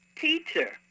teacher